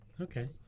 Okay